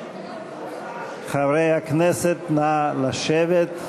חברי הכנסת, נא לשבת.